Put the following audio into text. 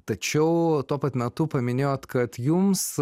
tačiau tuo pat metu paminėjot kad jums